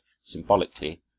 symbolically